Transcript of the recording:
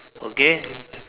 okay